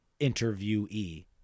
interviewee